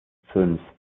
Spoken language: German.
fünf